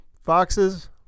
Foxes